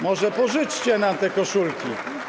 Może pożyczcie nam te koszulki?